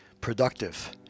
productive